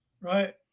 right